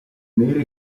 neri